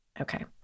Okay